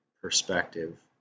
perspective